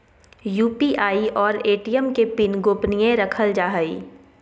UPI और ATM के PIN गोपनीय रखल जा हइ